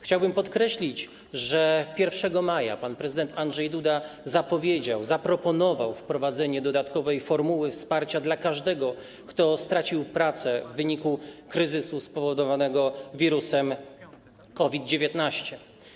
Chciałbym podkreślić, że 1 maja pan prezydent Andrzej Duda zapowiedział, zaproponował wprowadzenie dodatkowej formuły wsparcia dla każdego, kto stracił pracę w wyniku kryzysu spowodowanego wirusem COVID-19.